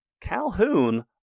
Calhoun